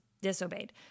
disobeyed